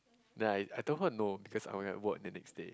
then I I told her no because I only had work the next day